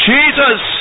Jesus